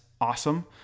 awesome